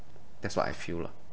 that's what I feel lah